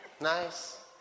Nice